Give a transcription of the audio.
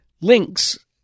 links